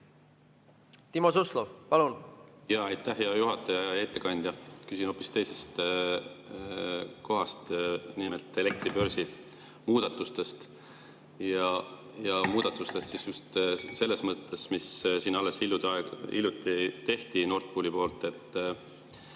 Timo Suslov, palun!